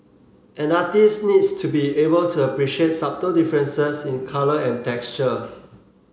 an artist needs to be able to appreciate subtle differences in colour and texture